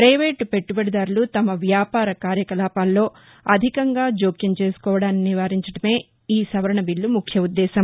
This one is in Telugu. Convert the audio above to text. పైవేటు పెట్లుబడిదారులు తమ వ్యాపార కార్యకలాపాల్లో అధికంగా జోక్యం చేసుకోవడాన్ని నివారించడమే ఈ సవరణ బిల్లు ముఖ్య ఉద్దేశం